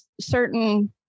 certain